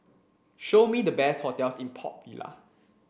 show me the best hotels in Port Vila